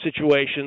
situations